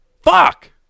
Fuck